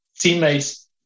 teammates